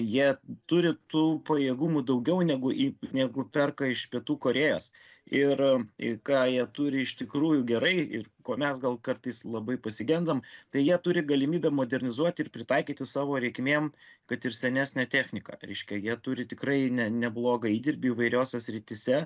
jie turi tų pajėgumų daugiau negu į negu perka iš pietų korėjos ir i ką jie turi iš tikrųjų gerai ir ko mes gal kartais labai pasigendam tai jie turi galimybę modernizuoti ir pritaikyti savo reikmėm kad ir senesnę techniką reiškia jie turi tikrai ne neblogą įdirbį įvairiose srityse